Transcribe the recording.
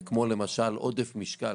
כמו למשל עודף משקל,